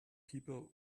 people